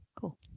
Cool